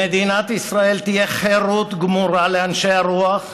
במדינת ישראל תהיה חירות גמורה לאנשי הרוח,